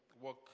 work